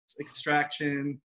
Extraction